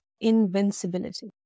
invincibility